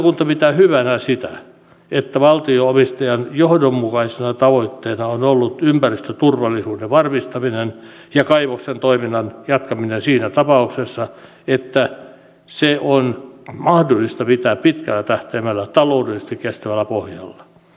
valiokunta pitää hyvänä sitä että valtio omistajan johdonmukaisena tavoitteena on ollut ympäristöturvallisuuden varmistaminen ja kaivoksen toiminnan jatkaminen siinä tapauksessa että se on mahdollista pitää pitkällä tähtäimellä taloudellisesti kestävällä pohjalla